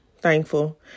thankful